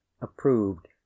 approved